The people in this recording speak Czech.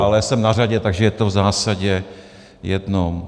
Ale jsem na řadě, takže je to v zásadě jedno.